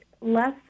less